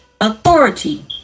authority